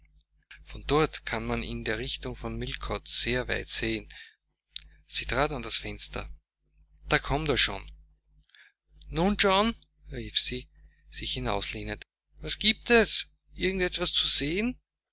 von dort kann man in der richtung nach millcote sehr weit sehen sie trat ans fenster da kommt er schon nun john rief sie sich hinauslehnend was giebt es irgend etwas zu sehen